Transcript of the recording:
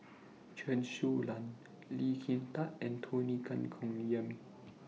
Chen Su Lan Lee Kin Tat and Tony Tan Keng Yam